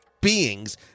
beings